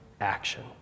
action